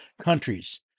countries